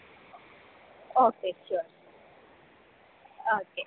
മാസത്തിൽ വേണം ആ ഓക്കെ ഓക്കെ ശരി കേട്ടോ ഓക്കെ